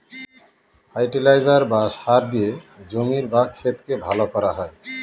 fertiliser বা সার দিয়ে জমির বা ক্ষেতকে ভালো করা হয়